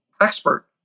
expert